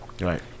right